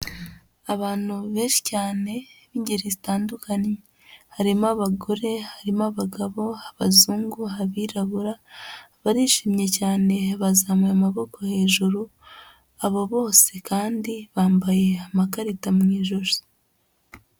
Abantu benshi cyane b'ingeri zitandukanye, harimo abagore, harimo abagabo, abazungu, abirabura barishimye cyane bazamuye amaboko hejuru, abo bose kandi bambaye amakarita mu ijosi.